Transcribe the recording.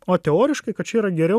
o teoriškai kad čia yra geriau